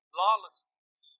lawlessness